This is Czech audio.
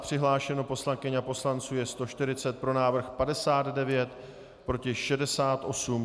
Přihlášeno poslankyň a poslanců je 140, pro návrh 59, proti 68.